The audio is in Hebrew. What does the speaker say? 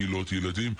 הדברים מתועדים ופורסמו.